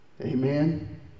Amen